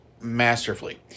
masterfully